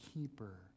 keeper